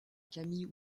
camille